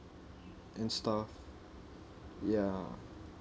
and stuff ya